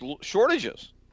shortages